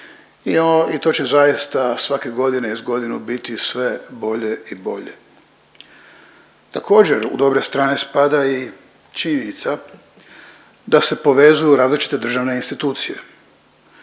i to će zaista svake godine iz godinu biti sve bolje i bolje. Također, u dobre strane spada i činjenica da se povezuju različite državne institucije,